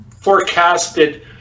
forecasted